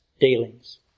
dealings